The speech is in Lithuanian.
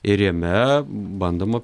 ir jame bandoma